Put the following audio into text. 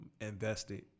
invested